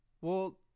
Well-